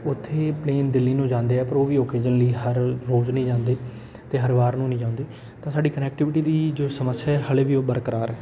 ਉੱਥੇ ਪਲੇਨ ਦਿੱਲੀ ਨੂੰ ਜਾਂਦੇ ਆ ਪਰ ਉਹ ਵੀ ਓਕੇਜਨਲੀ ਹਰ ਰੋਜ਼ ਨਹੀਂ ਜਾਂਦੇ ਅਤੇ ਹਰ ਵਾਰ ਨੂੰ ਨਹੀਂ ਜਾਂਦੇ ਤਾਂ ਸਾਡੀ ਕਨੈਕਟਿਵਿਟੀ ਦੀ ਜੋ ਸਮੱਸਿਆ ਹਾਲੇ ਵੀ ਉਹ ਬਰਕਰਾਰ